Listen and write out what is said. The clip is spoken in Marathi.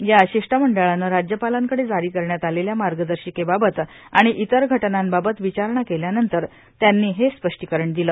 या शिष् मंडळानं राज्यपालांकडे जारी करण्यात आलेल्या मार्गदर्शिकेबाबत आणि इतर घ नांबाबत विचारणा केल्यानंतर त्यांनी हे स्पष्पीकरण दिलं